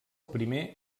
primer